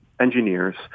engineers